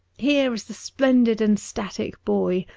here is the splendid and static boy,